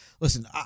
listen